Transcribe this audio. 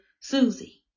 Susie